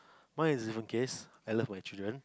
my is different case I love my children